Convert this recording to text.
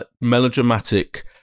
melodramatic